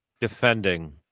defending